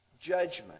judgment